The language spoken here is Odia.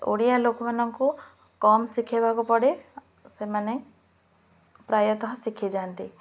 ଓଡ଼ିଆ ଲୋକମାନଙ୍କୁ କମ୍ ଶିଖାଇବାକୁ ପଡ଼େ ସେମାନେ ପ୍ରାୟତଃ ଶିଖିଯାଆନ୍ତି